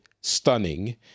stunning